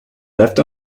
left